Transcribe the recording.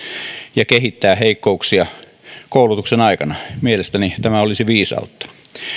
ja kehittää heikkouksia koulutuksen aikana mielestäni tämä olisi viisautta